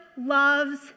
loves